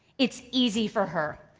it's easy for her.